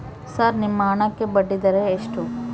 Sir ನಿಮ್ಮ ಹಣಕ್ಕೆ ಬಡ್ಡಿದರ ಎಷ್ಟು?